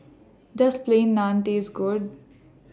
Does Plain Naan Taste Good